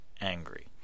angry